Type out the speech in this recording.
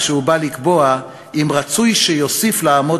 כשהוא בא לקבוע אם רצוי שיוסיף לעמוד